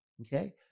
Okay